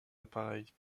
appareils